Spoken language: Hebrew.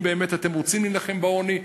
אם באמת אתם רוצים להילחם בעוני.